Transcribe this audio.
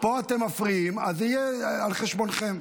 פה אתם מפריעים, אז זה יהיה על חשבונכם.